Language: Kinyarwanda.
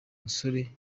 musore